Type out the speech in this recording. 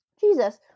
jesus